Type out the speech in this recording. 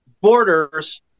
borders